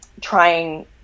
trying